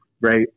Right